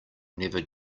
never